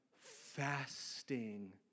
fasting